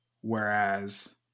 whereas